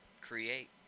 create